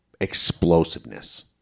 explosiveness